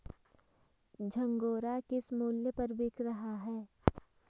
झंगोरा किस मूल्य पर बिक रहा है?